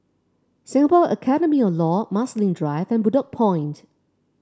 Singapore Academy of Law Marsiling Drive and Bedok Point